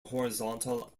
horizontal